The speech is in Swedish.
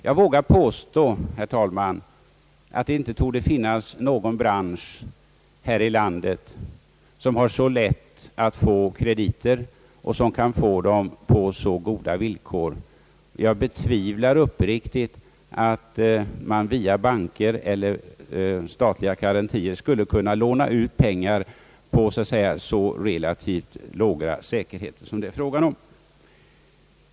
Jag vågar påstå, herr talman, att det inte torde finnas någon bransch här i landet som har så lätt att få krediter och som kan få dem på så goda villkor som denna. Jag betvivlar uppriktigt att man via banker eller statliga garantier skulle kunna låna ut pengar på så relativt låga säkerheter som det är fråga om.